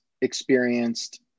experienced